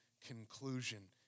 conclusion